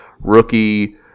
rookie